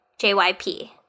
JYP